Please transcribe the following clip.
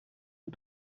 een